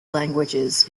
languages